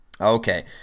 Okay